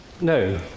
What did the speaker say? No